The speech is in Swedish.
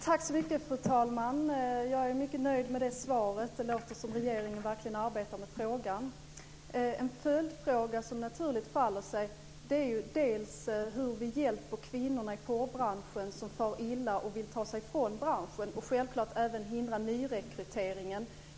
Fru talman! Jag är mycket nöjd med svaret. Det låter som att regeringen verkligen arbetar med frågan. En följdfråga som naturligt faller sig är hur vi hjälper kvinnorna i porrbranschen som far illa och vill ta sig ifrån branschen och självklart även hur vi kan hindra nyrekryteringen.